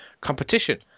competition